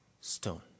stone